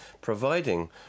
providing